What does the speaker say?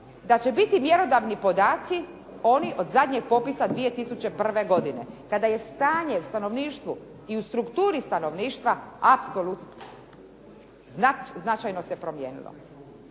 da će biti mjerodavni podaci oni od zadnjeg popisa 2001. godine kada je stanje u stanovništvu i u strukturi stanovništva apsolutno značajno se promijenilo.